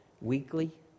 weekly